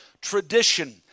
tradition